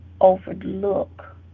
overlook